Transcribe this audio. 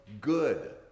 good